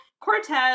Cortez